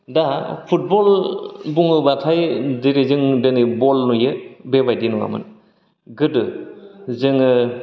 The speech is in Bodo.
दा फुटबल बुङोबाथाय जेरै जोङो दोनै बल नुयो बेबादि नङामोन गोदो जोङो